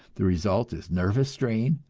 the result is nervous strain,